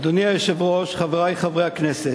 אדוני היושב-ראש, חברי חברי הכנסת,